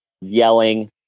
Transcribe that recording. yelling